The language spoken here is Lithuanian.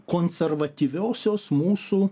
konservatyviosios mūsų